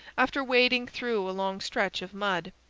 after wading through a long stretch of mud.